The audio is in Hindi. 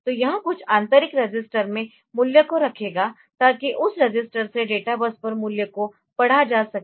तो यह कुछ आंतरिक रजिस्टर में मूल्य को रखेगा ताकि उस रजिस्टर से डेटबस पर मूल्य को पढ़ाजासके